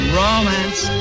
romance